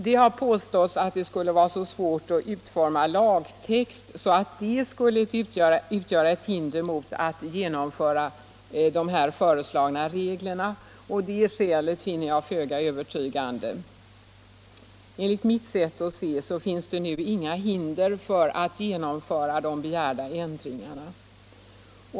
Det har påståtts att det skulle vara så svårt att utforma lagtext att detta skulle utgöra ett hinder mot att genomföra de föreslagna reglerna. Det skälet finner jag föga övertygande. Enligt mitt sätt att se finns det nu inga hinder för att genomföra de begärda ändringarna.